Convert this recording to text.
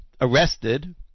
arrested